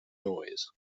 noise